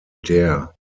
dare